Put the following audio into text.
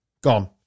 Gone